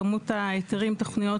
כמות ההיתרים, תוכניות